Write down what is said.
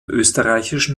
österreichischen